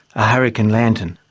a hurricane lantern.